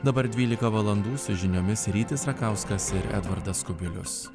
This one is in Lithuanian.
dabar dvylika valandų su žiniomis rytis rakauskas ir edvardas kubilius